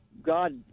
God